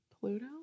Pluto